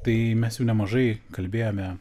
tai mes jau nemažai kalbėjome